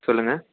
சொல்லுங்கள்